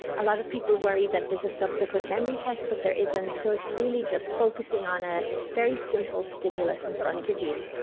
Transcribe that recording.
a lot of people worry that there is a subsequent memory test, but there isn't, so it's really just focusing on a very simple stimulus in front of you,